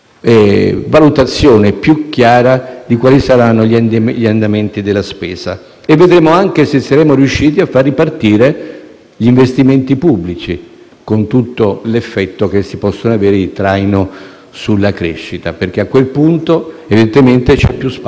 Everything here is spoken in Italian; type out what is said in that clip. cui penso sia importante, poiché il momento è difficile, che tutti guardiamo alle questioni di fondo: se si faranno queste cose, se riusciremo a far ripartire gli investimenti pubblici, se i provvedimenti che stiamo adottando in questi giorni riusciranno